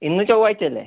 ഇന്ന് ചൊവ്വാഴ്ച്ചയല്ലേ